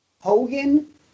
Hogan